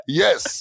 yes